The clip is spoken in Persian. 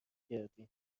کردیم